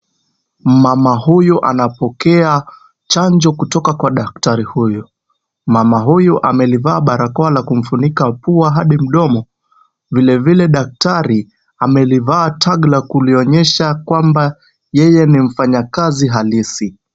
Mama huyu anapokea chanjo kutoka kwa daktari huyu. Mama huyu amelivaa barakoa la kumfunika pua hadi mdomo. Vilevile daktari amelivaa tag la kulionyesha kwamba yeye ni mfanyakazi halisi.